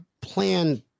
plan